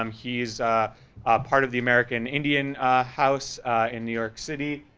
um he's part of the american indian house in new york city,